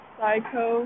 Psycho